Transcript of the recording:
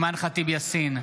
אימאן ח'טיב יאסין,